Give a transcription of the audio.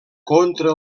contra